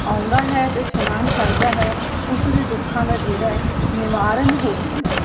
ਆਉਂਦਾ ਹੈ ਅਤੇ ਇਸ਼ਨਾਨ ਕਰਦਾ ਹੈ ਉਸ ਦੇ ਦੁੱਖਾਂ ਦਾ ਜਿਹੜਾ ਨਿਵਾਰਨ ਹੋ ਜਾਂਦਾ